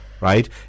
right